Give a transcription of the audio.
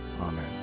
Amen